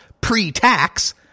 pre-tax